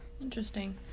Interesting